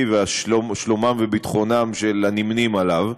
ועל שלומם וביטחונם של הנמנים עמו.